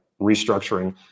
restructuring